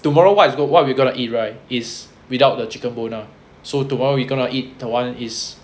tomorrow what's what we gonna eat right is without the chicken bone [one] so tomorrow we gonna eat the one is